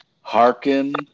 Hearken